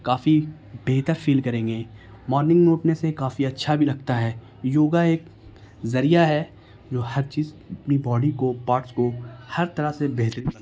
کافی بہتر فیل کریں گے مارننگ ووکنے سے کافی اچھا بھی لگتا ہے یوگا ایک ذریعہ ہے جو ہر چیز اپنی باڈی کو پارٹس کو ہر طرح سے بہتر ہے